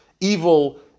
evil